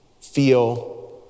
feel